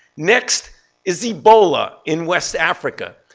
next is ebola in west africa.